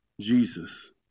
Jesus